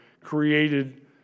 created